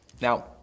Now